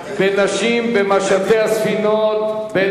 אני ממשיך בסדר-היום: שימוש פרובוקטיבי בנשים במשטי הספינות מלבנון,